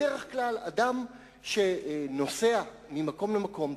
בדרך כלל אדם שנוסע ממקום למקום,